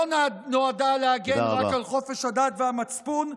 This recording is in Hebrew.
לא נועדה להגן רק על חופש הדת והמצפון,